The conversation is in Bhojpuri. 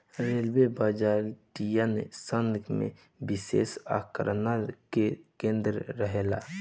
रेलवे बजटीय सत्र में विशेष आकर्षण के केंद्र रहेला